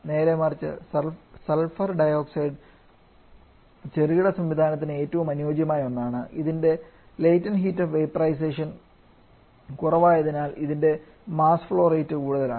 നേരെമറിച്ച് sulphur dioxide ചെറുകിട സംവിധാനത്തിന് ഏറ്റവും അനുയോജ്യമായ ഒന്നാണ് ഇതിൻറെ ലെറ്റന്റ് ഹീറ്റ് ഓഫ് വേപോറൈസെഷൻ കുറവായതിനാൽ ഇതിൻറെ മാസ് ഫ്ലോ റേറ്റ് കൂടുതലാണ്